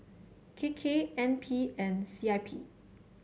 K K N P and C I P